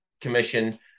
Commission